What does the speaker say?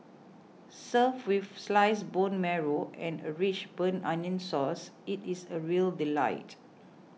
served with sliced bone marrow and a rich burnt onion sauce it is a real delight